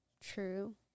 True